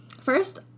First